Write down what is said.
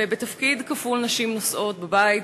ובתפקיד כפול נשים נושאות בבית,